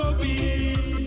peace